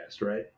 right